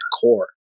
core